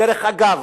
דרך אגב,